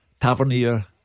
Tavernier